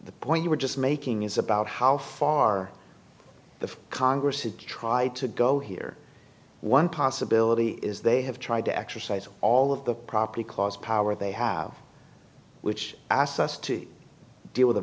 the point you were just making is about how far the congress had tried to go here one possibility is they have tried to exercise all of the property clause power they have which asked us to deal with a